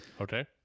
Okay